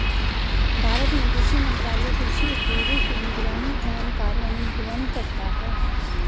भारत में कृषि मंत्रालय कृषि उद्योगों की निगरानी एवं कार्यान्वयन करता है